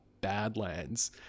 Badlands